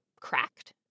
cracked